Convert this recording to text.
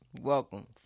Welcome